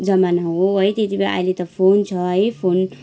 जमाना हो है त्यतिमा अहिले त फोन छ है फोन